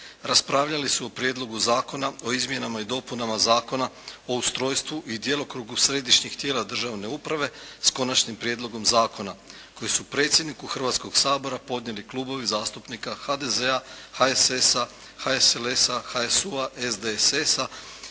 raspravljali su o Prijedlogu zakona o izmjenama i dopunama Zakona o ustrojstvu i djelokrugu središnjih tijela državne uprave s konačnim prijedlogom zakona koji su predsjedniku Hrvatskoga sabora podnijeli klubovi zastupnika HDZ-a, HSS-a, HSLS-a, HSU-a, SDSS-a